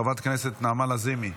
חברת הכנסת נעמה לזימי,